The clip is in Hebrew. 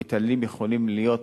המתעללים יכולים להיות,